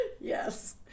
Yes